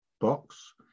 box